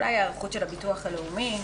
אולי היערכות של הביטוח הלאומי.